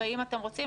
ואם אתם רוצים,